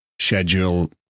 schedule